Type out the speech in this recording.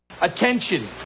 Attention